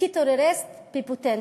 כטרוריסט בפוטנציה.